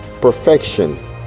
perfection